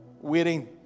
waiting